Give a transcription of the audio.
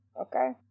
Okay